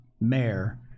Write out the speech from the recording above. mayor